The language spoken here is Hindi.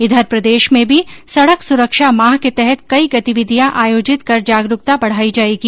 इधर प्रदेश में भी सड़क सुरक्षा माह के तहत कई गतिविधियां आयोजित कर जागरूकता बढाई जायेगी